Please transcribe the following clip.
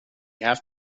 have